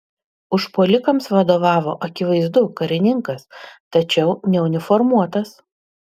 užpuolikams vadovavo akivaizdu karininkas tačiau neuniformuotas